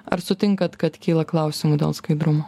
ar sutinkat kad kyla klausimų dėl skaidrumo